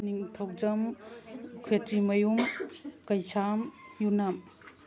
ꯅꯤꯡꯊꯧꯖꯝ ꯈꯦꯇ꯭ꯔꯤꯃꯌꯨꯝ ꯀꯩꯁꯥꯝ ꯌꯨꯝꯅꯥꯝ